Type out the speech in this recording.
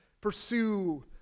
pursue